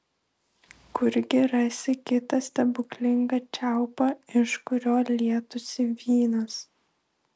kurgi rasi kitą stebuklingą čiaupą iš kurio lietųsi vynas